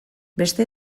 beste